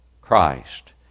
Christ